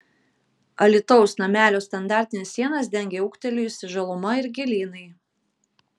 alytaus namelio standartines sienas dengia ūgtelėjusi žaluma ir gėlynai